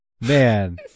Man